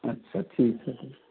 अच्छा ठीक है तब